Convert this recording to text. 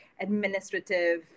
administrative